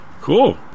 Cool